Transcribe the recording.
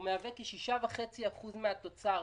הוא מהווה כ-6.5% מהתוצר.